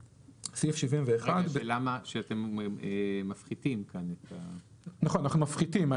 רגע, אתם מפחיתים כאן את ה- - נכון אנחנו מפחיתים.